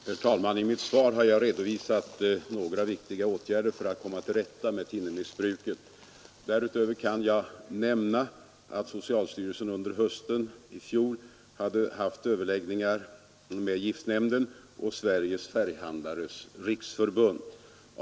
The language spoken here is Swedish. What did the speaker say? Herr talman! I mitt svar har jag redovisat några viktiga åtgärder för att komma till rätta med thinnermissbruket. Därutöver kan jag nämna att socialstyrelsen under hösten i fjol hade överläggningar med giftnämnden och med Sveriges färghandlares riksförbund.